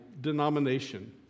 denomination